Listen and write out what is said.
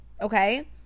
okay